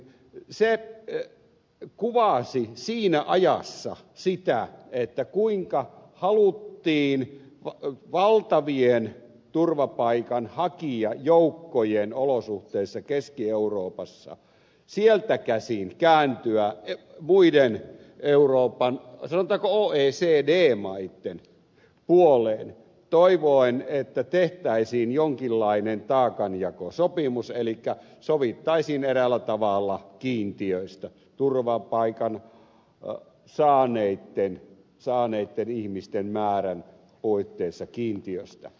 se debattiin kuvasi siinä ajassa sitä kuinka haluttiin valtavien turvapaikanhakijajoukkojen olosuhteissa keski euroopassa sieltä käsin kääntyä muiden euroopan sanotaanko oecd maitten puoleen toivoen että tehtäisiin jonkinlainen taakanjakosopimus elikkä sovittaisiin eräällä tavalla kiintiöistä turvapaikan saaneitten ihmisten määrän puitteissa kiintiöistä